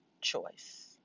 choice